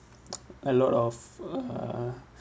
a lot of err